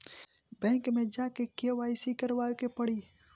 Bank मे जा के के.वाइ.सी करबाबे के पड़ी?